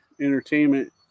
Entertainment